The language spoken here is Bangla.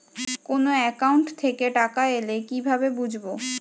কোন একাউন্ট থেকে টাকা এল কিভাবে বুঝব?